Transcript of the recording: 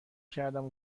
کردم